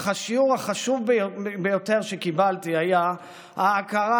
אך השיעור החשוב ביותר שקיבלתי היה ההכרה